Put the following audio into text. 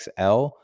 XL